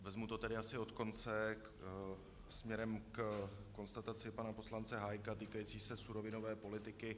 Vezmu to tedy asi od konce směrem ke konstataci pana poslance Hájka týkající se surovinové politiky.